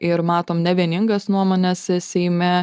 ir matom nevieningas nuomones seime